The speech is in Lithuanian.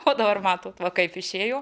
o dabar matote va kaip išėjo